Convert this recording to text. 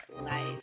life